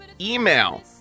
email